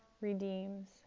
redeems